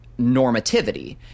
normativity